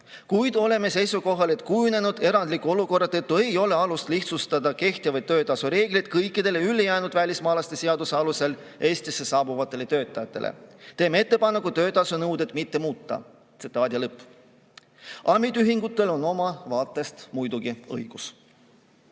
Kuid oleme seisukohal, et kujunenud erandliku olukorra tõttu ei ole alust lihtsustada kehtivaid töötasu reegleid kõigile ülejäänud välismaalaste seaduse alusel Eestisse saabuvatele töötajatele. [---] Teeme ettepaneku töötasu nõudeid mitte muuta." Ametiühingutel on oma vaatest muidugi õigus.